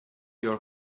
your